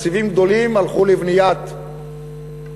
ותקציבים גדולים הלכו לבניית האוניברסיטאות,